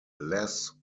less